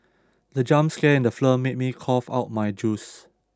the jump scare in the film made me cough out my juice